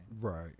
Right